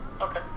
okay